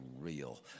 real